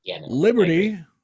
Liberty